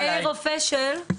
זה רופא של?